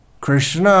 Krishna